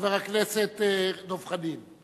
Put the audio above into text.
חבר הכנסת דב חנין.